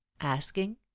asking